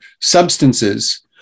substances